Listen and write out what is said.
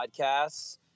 podcasts